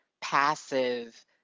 passive